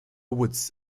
woods